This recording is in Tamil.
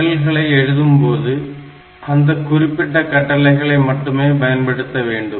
நிரல்களை எழுதும்போது அந்தக் குறிப்பிட்ட கட்டளைகளை மட்டுமே பயன்படுத்த வேண்டும்